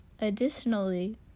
Additionally